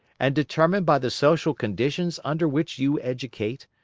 and determined by the social conditions under which you educate,